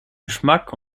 geschmack